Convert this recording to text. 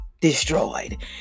destroyed